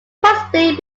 possibly